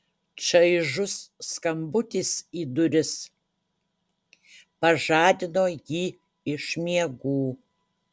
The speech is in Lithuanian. čaižus skambutis į duris pažadino jį iš miegų